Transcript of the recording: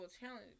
challenge